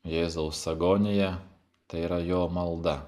jėzaus agonija tai yra jo malda